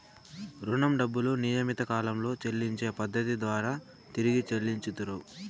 రుణం డబ్బులు నియమిత కాలంలో చెల్లించే పద్ధతి ద్వారా తిరిగి చెల్లించుతరు